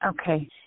Okay